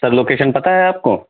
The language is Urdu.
سر لوکیشن پتہ ہے آپ کو